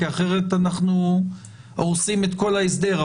כי אחרת אנחנו הורסים את כל ההסדר.